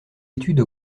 études